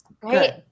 Great